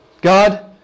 God